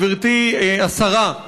גברתי השרה,